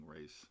race